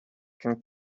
can